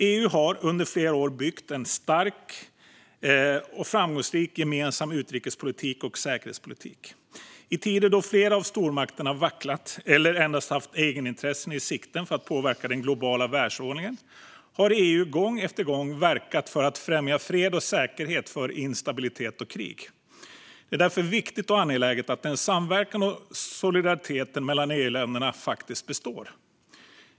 EU har under flera år byggt en stark och framgångsrik gemensam utrikespolitik och säkerhetspolitik. I tider då flera av stormakterna vacklat eller endast haft egenintressen i sikte för att påverka den globala världsordningen har EU gång efter gång verkat för att främja fred och säkerhet före instabilitet och krig. Det är därför viktigt och angeläget att samverkan och solidariteten mellan EU-länderna består.